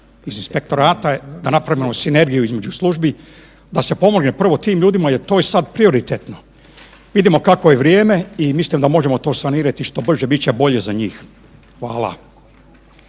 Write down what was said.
iz inspektorata da napravimo sinergiju između službi, da se pomogne prvo tim ljudima jer to je sad prioritetno. Vidimo kakvo je vrijeme i mislim da možemo to sanirati što brže, bit će bolje za njih. Hvala.